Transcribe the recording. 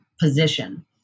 position